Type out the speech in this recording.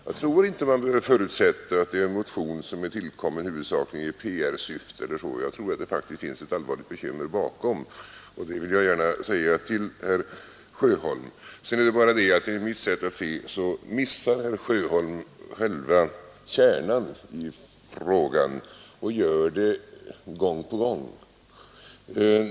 Jag tror inte att man behöver förutsätta att motionen är tillkommen huvudsakligen i PR-syfte; jag tror att det faktiskt finns ett allvarligt bekymmer bakom den, och det vill jag gärna säga till herr Sjöholm. Det är bara det att enligt mitt sätt att se missar herr Sjöholm själva kärnan i frågan, och gör det gång på gång.